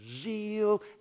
zeal